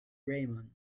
raymond